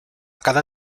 cada